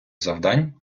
завдань